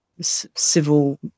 civil